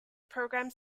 programmed